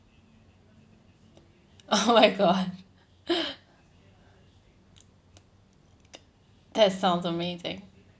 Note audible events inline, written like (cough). oh my god (laughs) that's sounds amazing